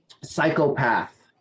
psychopath